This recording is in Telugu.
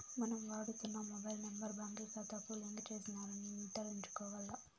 మనం వాడుతున్న మొబైల్ నెంబర్ బాంకీ కాతాకు లింక్ చేసినారని నిర్ధారించుకోవాల్ల